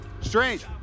Strange